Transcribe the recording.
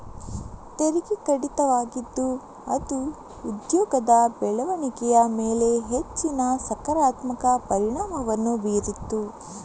ತೆರಿಗೆ ಕಡಿತವಾಗಿದ್ದು ಅದು ಉದ್ಯೋಗದ ಬೆಳವಣಿಗೆಯ ಮೇಲೆ ಹೆಚ್ಚಿನ ಸಕಾರಾತ್ಮಕ ಪರಿಣಾಮವನ್ನು ಬೀರಿತು